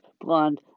blonde